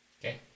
Okay